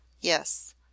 Yes